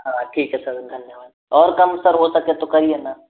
हाँ ठीक है सर धन्यवाद और कम सर हो सके तो करिए ना